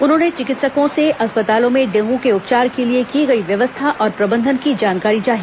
उन्होंने चिकित्सकों से अस्पतालों में डेंगू के उपचार के लिए की गई व्यवस्था और प्रबंधन की जानकारी चाही